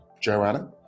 Joanna